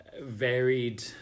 varied